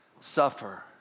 suffer